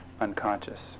unconscious